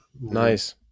nice